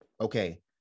Okay